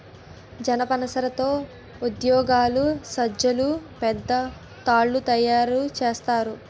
జనపనార తో ఉయ్యేలలు సజ్జలు పెద్ద తాళ్లు తయేరు సేత్తారు